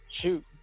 shoot